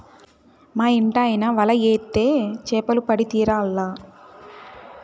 మా ఇంటాయన వల ఏత్తే చేపలు పడి తీరాల్ల